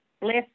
Bless